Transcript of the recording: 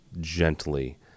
gently